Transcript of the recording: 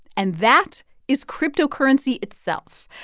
and that is cryptocurrency itself.